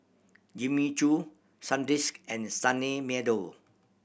Jimmy Choo Sandisk and Sunny Meadow